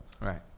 Right